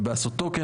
ובעשותו כן,